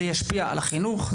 זה ישפיע על החינוך,